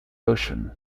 ocean